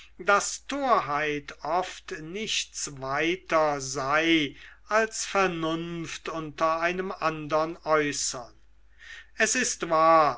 daß torheit oft nichts weiter sei als vernunft unter einem andern äußern es ist wahr